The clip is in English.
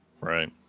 Right